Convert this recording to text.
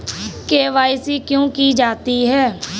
KYC क्यों की जाती है?